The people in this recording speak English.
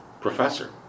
Professor